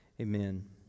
Amen